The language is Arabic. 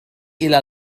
إلى